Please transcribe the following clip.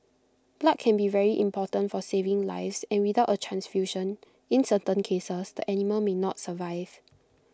blood can be very important for saving lives and without A transfusion in certain cases the animal may not survive